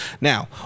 Now